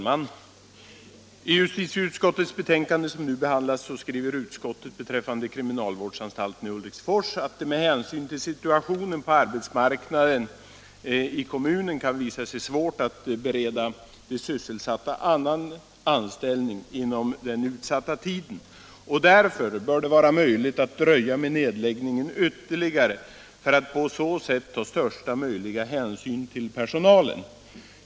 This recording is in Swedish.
Herr talman! I det betänkande från justitieutskottet som nu behandlas skriver utskottet beträffande kriminalvårdsanstalten i Ulriksfors att det med hänsyn till situationen på arbetsmarknaden i kommunen kan visa sig svårt att bereda de sysselsatta annan anställning inom den utsatta tiden. Därför bör det vara möjligt att dröja med nedläggningen ytterligare för att på så sätt ta största möjliga hänsyn will personalen.